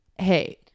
hey